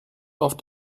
auf